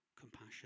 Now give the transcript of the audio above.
compassion